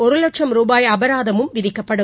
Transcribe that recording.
ஒரு வட்சம் ரூபாய் அபராதமும் விதிக்கப்படும்